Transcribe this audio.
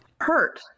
hurt